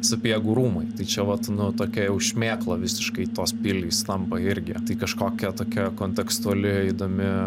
sapiegų rūmai tai čia vat nu tokia jau šmėkla visiškai tos pilys tampa irgi kažkokia tokia kontekstuali įdomi